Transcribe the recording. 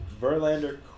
Verlander